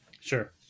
Sure